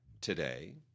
today